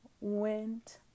went